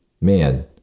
man